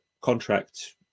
contract